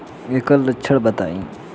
ऐकर लक्षण बताई?